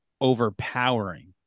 overpowering